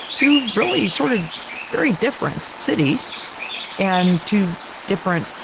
two really, sort of very different cities and to different,